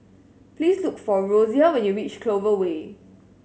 please look for Rosia when you reach Clover Way